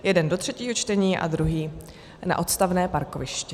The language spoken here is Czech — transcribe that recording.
Jeden do třetího čtení a druhý na odstavné parkoviště.